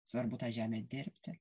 svarbu tą žemę dirbti